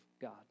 God